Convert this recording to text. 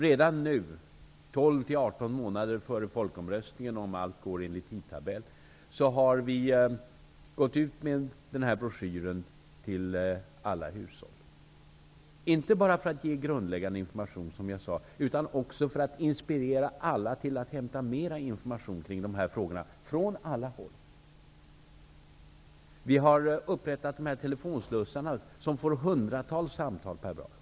Redan nu, 12--18 månader före folkomröstningen, om allt går enligt tidtabell, har vi gått ut med en broschyr till alla hushåll, inte bara för att ge grundläggande information, som jag sade, utan för att inspirera alla att hämta mer information kring de här frågorna från alla håll. Vi har upprättat telefonslussar som får hundratals samtal per dag.